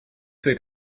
свои